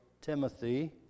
Timothy